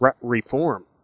reform